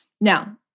Now